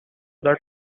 that